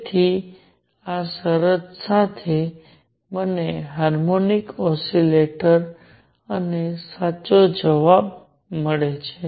તેથી આ શરત સાથે મને હાર્મોનિક ઓસિલેટર અને સાચો જવાબ પણ મળે છે